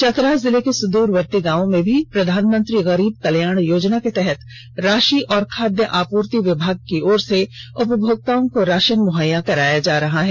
चतरा जिले के सुद्रवर्ती गांवों में भी प्रधानमंत्री गरीब कल्याण योजना के तहत राषि और खाद्य आपूर्ति विभाग की ओर से उपभोक्ताओं को राषन मुहैया कराया जा रहा है